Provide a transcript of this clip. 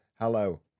hello